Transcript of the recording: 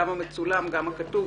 גם המצולם וגם הכתוב,